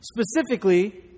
Specifically